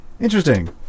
Interesting